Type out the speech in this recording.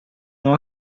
não